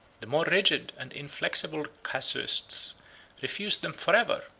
the more rigid and inflexible casuists refused them forever,